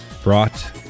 brought